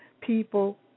people